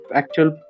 actual